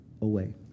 away